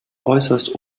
äußerst